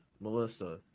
Melissa